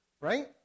right